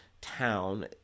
town